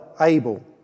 Abel